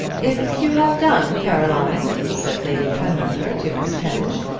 if you have done, caroline, said lady penwether to miss penge,